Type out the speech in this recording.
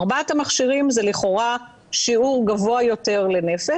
ארבעת המכשירים זה לכאורה שיעור גבוה יותר לנפש,